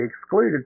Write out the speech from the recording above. excluded